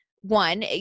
one